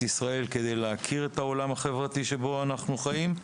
ישראל כדי להכיר את העולם החברתי שבו אנחנו חיים?